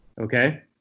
okay